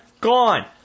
gone